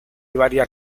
varias